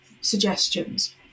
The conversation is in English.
suggestions